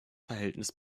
verhältnis